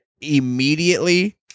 immediately